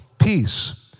peace